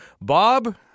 Bob